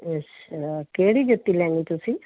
ਅੱਛਾ ਕਿਹੜੀ ਜੁੱਤੀ ਲੈਣੀ ਤੁਸੀਂ